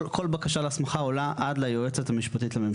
כל בקשה להסמכה עולה עד ליועצת המשפטית לממשלה.